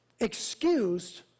excused